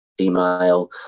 email